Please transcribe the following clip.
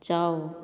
ꯆꯥꯎ